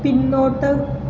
പിന്നോട്ട്